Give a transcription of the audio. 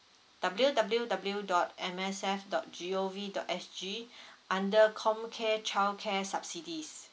W W W dot M S F dot G O V dot S G under comcare childcare subsidies